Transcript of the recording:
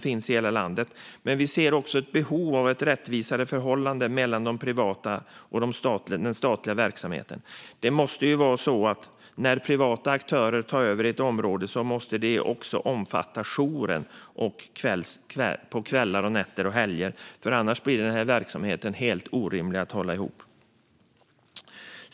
finns i hela landet. Men vi ser också ett behov av ett rättvisare förhållande mellan den privata och den statliga verksamheten. När privata aktörer tar över i ett område måste det också omfatta jour på kvällar, nätter och helger. Annars blir denna verksamhet helt orimlig att hålla ihop.